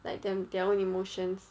like them their own emotions